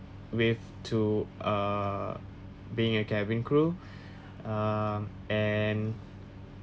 with to uh being a cabin crew uh and